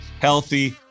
Healthy